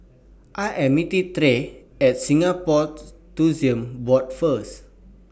I Am meeting Tre At Singapore Tourism Board First